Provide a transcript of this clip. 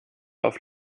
auf